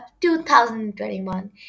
2021